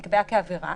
נקבעה כעברה